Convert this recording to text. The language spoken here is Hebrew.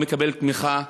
לא מקבל תמיכה,